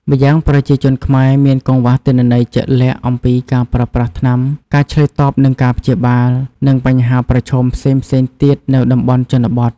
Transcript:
ម្យ៉ាងប្រជាជនខ្មែរមានកង្វះទិន្នន័យជាក់លាក់អំពីការប្រើប្រាស់ថ្នាំ ការឆ្លើយតបនឹងការព្យាបាល និងបញ្ហាប្រឈមផ្សេងៗទៀតនៅតំបន់ជនបទ ។